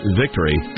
victory